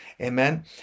amen